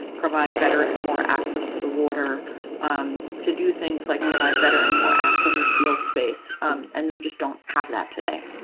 provide better and more access to the water to do things like, provide better and more access to field space and we just don't have that today.